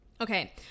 Okay